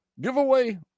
giveaway